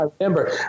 remember